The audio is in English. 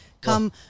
come